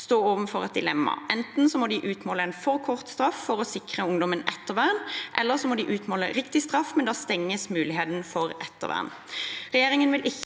stå overfor et dilemma. Enten må man utmåle en for kort straff for å sikre ungdommen ettervern, eller så må man utmåle riktig straff, men da stenges muligheten for ettervern.